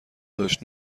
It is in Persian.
داشت